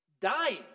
dying